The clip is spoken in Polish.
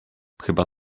chyba